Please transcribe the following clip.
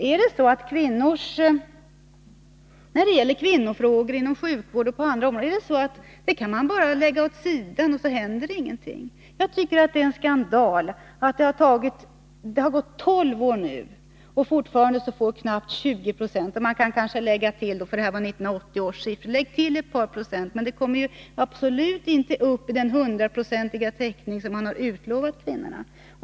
Är det så att när det gäller kvinnofrågor inom sjukvård och på andra områden man bara kan lägga dem åt sidan utan att det händer någonting? Jag tycker att detta är en skandal. Det har nu gått tolv år, och fortfarande får knappt 20 70 smärtlindring. Man kan kanske lägga till ett par procent för utvecklingen sedan 1980, men det kommer absolut inte upp i den hundraprocentiga täckning som man har utlovat kvinnorna.